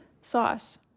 sauce